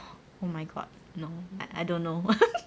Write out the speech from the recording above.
oh my god no I don't know